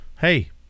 hey